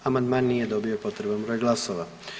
Amandman nije dobio potreban broj glasova.